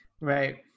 Right